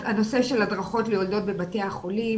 הנושא של הדרכות ליולדות בבתי החולים.